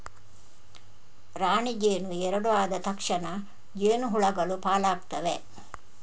ರಾಣಿ ಜೇನು ಎರಡು ಆದ ತಕ್ಷಣ ಜೇನು ಹುಳಗಳು ಪಾಲಾಗ್ತವೆ